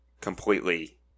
completely